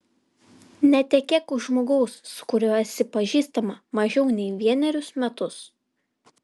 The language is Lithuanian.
netekėk už žmogaus su kuriuo esi pažįstama mažiau nei vienerius metus